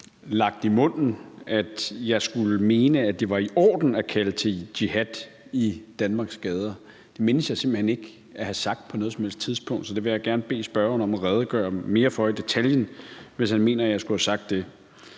lagt i munden, at jeg skulle mene, at det var i orden at kalde til jihad i Danmarks gader. Det mindes jeg simpelt hen ikke at have sagt på noget som helst tidspunkt, så det vil jeg gerne bede spørgeren om at redegøre for mere i detaljen, hvis han mener, at jeg skulle have sagt det.